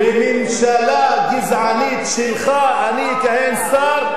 בממשלה גזענית שלך, אני אכהן כשר?